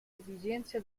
esigenze